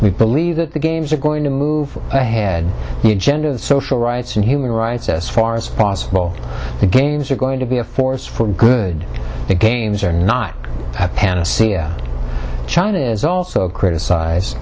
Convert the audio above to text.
we believe that the games are going to move ahead the gender social rights and human rights as far as possible the games are going to be a force for good the games are not a panacea china is also criticize